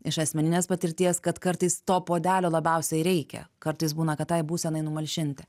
iš asmeninės patirties kad kartais to puodelio labiausiai reikia kartais būna kad tai būsenai numalšinti